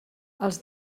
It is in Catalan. els